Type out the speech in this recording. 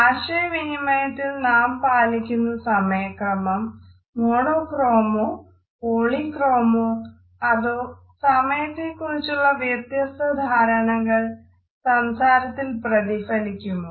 ആശയവിനിമയത്തിൽ നാം പാലിക്കുന്ന സമയക്രമം മോണോക്രോമോ അതോ സമയത്തെക്കുറിച്ചുള്ള വ്യത്യസ്തധാരണകൾ സംസാരത്തിൽ പ്രതിഫലിക്കുമോ